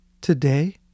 today